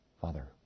Father